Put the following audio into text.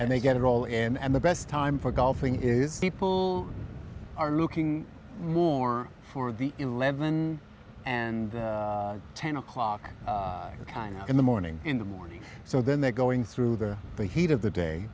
and they get it all and the best time for golfing is people are looking more for the eleven and ten o'clock in the morning in the morning so then they're going through the the heat of the day